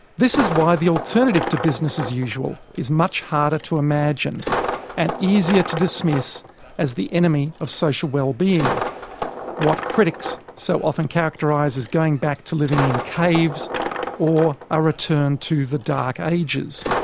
this is why the alternative to business as usual is much harder to imagine and easier to dismiss as the enemy of social well-being what critics so often characterise as going back to living in caves or a return to the dark ages.